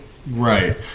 Right